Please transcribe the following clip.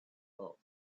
horse